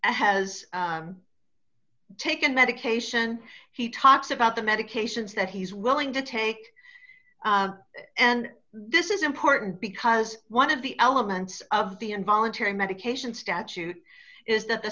has taken medication he talks about the medications that he's willing to take and this is important because one of the elements of the involuntary medication statute is that the